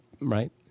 Right